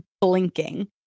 blinking